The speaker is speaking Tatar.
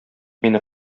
мине